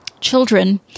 children